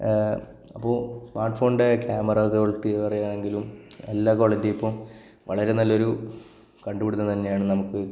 അപ്പോൾ സ്മാര്ട്ട് ഫോണിന്റെ camera quality പറയുകയാണെങ്കിലും എല്ലാ ക്വാളിറ്റിയും ഇപ്പം വളരെ നല്ലൊരു കണ്ടുപിടുത്തം തന്നെയാണ് നമുക്ക്